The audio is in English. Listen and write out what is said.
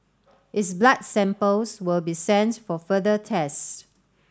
its blood samples will be sent for further tests